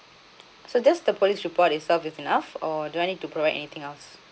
so just the police report itself is enough or do I need to provide anything else